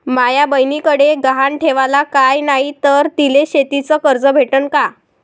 माया बयनीकडे गहान ठेवाला काय नाही तर तिले शेतीच कर्ज भेटन का?